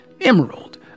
emerald